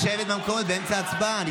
אנחנו באמצע הצבעה, לשבת במקומות.